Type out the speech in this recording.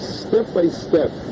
step-by-step